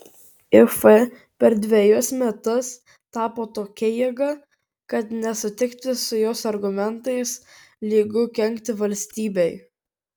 if per dvejus metus tapo tokia jėga kad nesutikti su jos argumentais lygu kenkti valstybei